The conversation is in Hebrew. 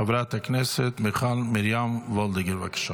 חברת הכנסת מיכל מרים וולדיגר, בבקשה.